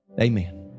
Amen